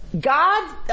God